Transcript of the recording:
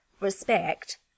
respect